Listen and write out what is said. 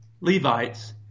Levites